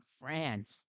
France